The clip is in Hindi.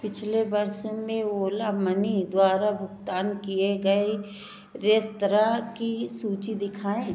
पिछले वर्ष में ओला मनी द्वारा भुगतान किए गए रेस्तराँ की सूची दिखाएँ